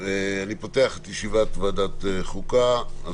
שלום, אני פותח את ישיבת ועדת חוקה, חוק ומשפט.